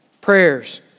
prayers